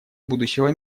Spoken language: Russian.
будущего